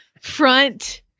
front